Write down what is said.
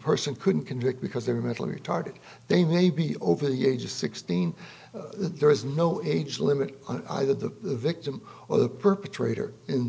person couldn't convict because they were mentally retarded they may be over the age of sixteen there is no age limit on either the victim or the perpetrator in